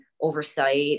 oversight